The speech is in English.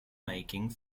making